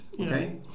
Okay